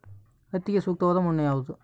ಹತ್ತಿಗೆ ಸೂಕ್ತವಾದ ಮಣ್ಣು ಯಾವುದು?